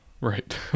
right